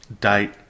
date